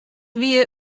wie